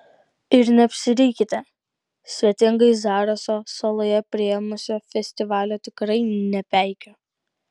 ir neapsirikite svetingai zaraso saloje priėmusio festivalio tikrai nepeikiu